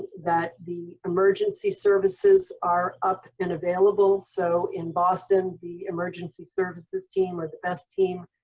that the emergency services are up and available. so in boston, the emergency services team are the best team.